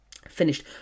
finished